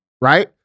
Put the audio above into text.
right